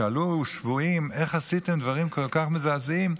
שאלו שבויים: איך עשיתם דברים כל כך מזעזעים?